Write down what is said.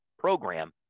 program